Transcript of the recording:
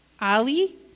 Ali